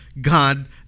God